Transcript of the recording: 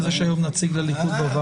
אז יש היום נציג מטעם הליכוד בוועדה.